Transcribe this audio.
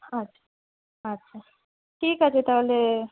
আচ্ছা আচ্ছা ঠিক আছে তাহলে